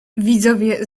widzowie